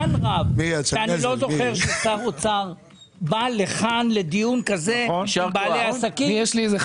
זמן רב שאני לא זוכר ששר אוצר בא לכאן לדיון כזה עם בעלי עסקים,